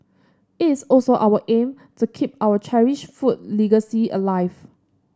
it is also our aim to keep our cherished food legacy alive